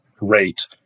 rate